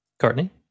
Courtney